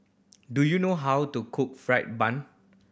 do you know how to cook fried bun